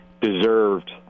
deserved